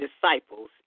disciples